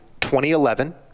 2011